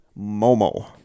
Momo